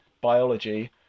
biology